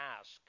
ask